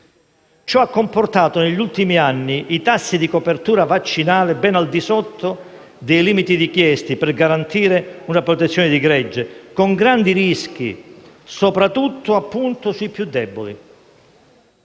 Ciò ha comportato negli ultimi anni tassi di copertura vaccinale ben al di sotto dei limiti richiesti per garantire una protezione di gregge, con grandi rischi, soprattutto per i più deboli.